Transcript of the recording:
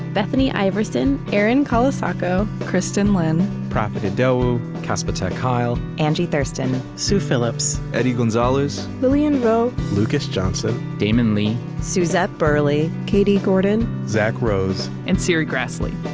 bethany iverson, erin colasacco, kristin lin, profit idowu, casper ter kuile, angie thurston, sue phillips, eddie gonzalez, lilian vo, lucas johnson, damon lee, suzette burley, katie gordon, zack rose, and serri graslie